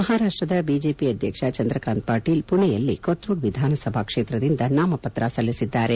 ಮಹಾರಾಪ್ಲದ BJP ಅಧ್ಯಕ್ಷ ಚಂದ್ರಕಾಂತ್ ಪಾಟೀಲ್ ಪುಣೆಯಲ್ಲಿ ಕೊತ್ರುಡ್ ವಿಧಾನಸಭಾ ಕ್ಷೇತ್ರದಿಂದ ನಾಮಪತ್ರ ಸಲ್ಲಿಸಿದ್ದಾರೆ